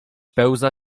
pełza